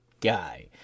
guy